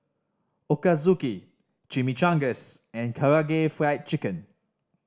Ochazuke Chimichangas and Karaage Fried Chicken